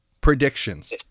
Predictions